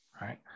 right